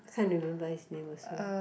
can't remember his name also